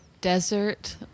desert